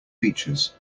features